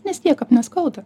nes niekam neskauda